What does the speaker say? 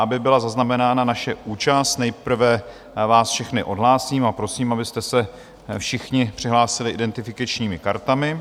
Aby byla zaznamenána naše účast, nejprve vás všechny odhlásím a prosím, abyste se všichni přihlásili identifikačními kartami.